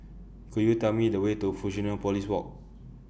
Could YOU Tell Me The Way to Fusionopolis Walk